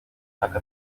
ntako